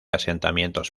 asentamientos